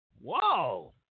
whoa